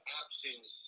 options